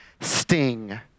sting